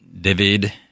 David